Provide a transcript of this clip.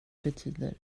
betyder